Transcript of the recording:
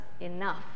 enough